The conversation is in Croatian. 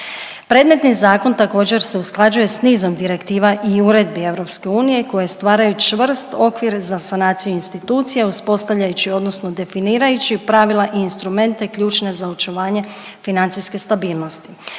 Predmetni zakon također se usklađuje s nizom direktiva i uredbi EU koje stvaraju čvrst okvir za sanaciju institucija uspostavljajući odnosno definirajući pravila i instrumente ključne za očuvanje financijske stabilnosti.